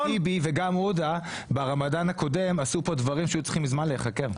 גם טיבי וגם עודה ברמדאן הקודם עשו פה דברים שהיו צריכים מזמן להיחקר.